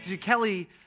Kelly